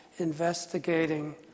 investigating